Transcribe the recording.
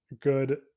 good